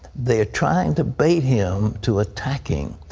they're trying to bait him to attacking.